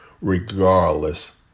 regardless